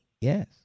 Yes